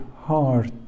heart